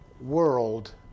world